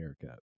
haircut